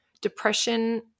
depression